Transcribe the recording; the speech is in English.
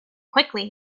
quickly